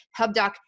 HubDoc